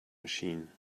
machine